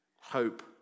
Hope